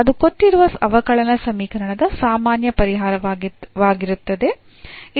ಅದು ಕೊಟ್ಟಿರುವ ಅವಕಲನ ಸಮೀಕರಣದ ಸಾಮಾನ್ಯ ಪರಿಹಾರವಾಗಿರುತ್ತದೆ